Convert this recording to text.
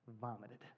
vomited